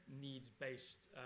needs-based